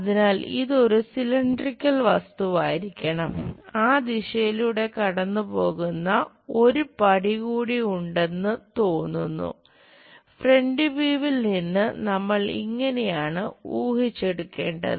അതിനാൽ ഇത് ഒരു സിലിണ്ടറിക്കൽ നിന്ന് നമ്മൾ ഇങ്ങനെയാണ് ഊഹിച്ചെടുക്കേണ്ടത്